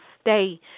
stay